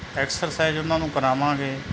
exercise ਉਹਨਾਂ ਨੂੰ ਕਰਾਵਾਂਗੇ